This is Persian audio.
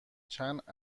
چند